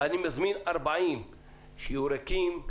אני מזמין 40 שיהיו ריקים,